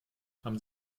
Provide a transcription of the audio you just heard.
haben